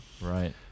right